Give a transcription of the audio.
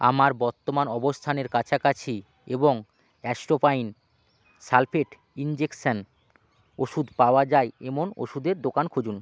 আমার বর্তমান অবস্থানের কাছাকাছি এবং অ্যাস্ট্রোপাইন সালফেট ইনজেকশান ওষুধ পাওয়া যায় এমন ওষুদের দোকান খুঁজুন